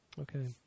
Okay